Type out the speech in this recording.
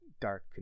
dark